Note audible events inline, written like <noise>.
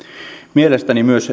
mielestäni myös <unintelligible>